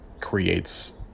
creates